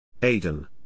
Aiden